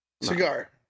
Cigar